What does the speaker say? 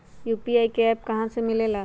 UPI का app कहा से मिलेला?